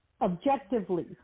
objectively